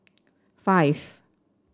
five